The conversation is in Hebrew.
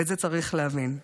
את זה צריך להבין.